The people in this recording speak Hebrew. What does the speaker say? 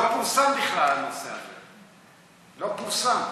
לא פורסם בכלל הנושא הזה, לא פורסם.